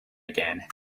again